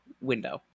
window